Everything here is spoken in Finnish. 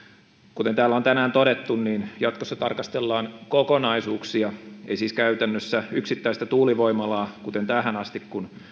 kuten täällä on tänään todettu niin jatkossa tarkastellaan kokonaisuuksia ei siis käytännössä yksittäistä tuulivoimalaa kuten tähän asti kun